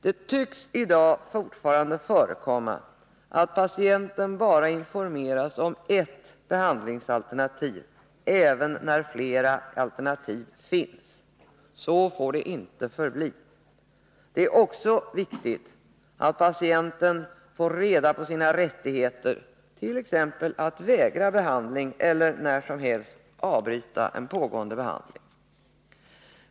Det tycks i dag fortfarande förekomma att patienten bara informeras om ett behandlingsalternativ, även om flera alternativ finns. Så får det inte förbli. Det är också viktigt att patienten får reda på sina rättigheter, t.ex. att vägra behandling och att när som helst avbryta en pågående behandling.